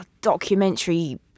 documentary